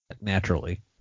naturally